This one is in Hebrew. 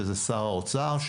שזה שר האוצר,